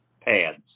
pads